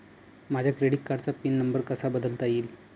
माझ्या क्रेडिट कार्डचा pin number कसा बदलता येईल?